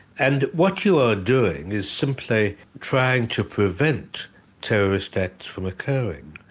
and what you are doing is simply trying to prevent terrorist acts from occurring.